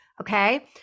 Okay